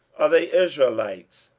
are they israelites?